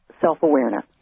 self-awareness